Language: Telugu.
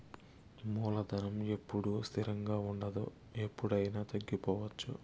మూలధనం ఎప్పుడూ స్థిరంగా ఉండదు ఎప్పుడయినా తగ్గిపోవచ్చు